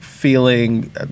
Feeling